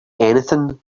anything